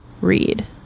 read